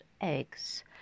eggs